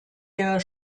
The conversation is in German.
der